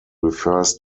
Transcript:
refers